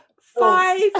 five